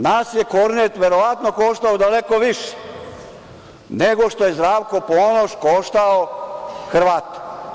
Nas je "Kornet" verovatno koštao daleko više nego što je Zdravko Ponoš koštao Hrvate.